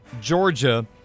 Georgia